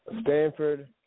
Stanford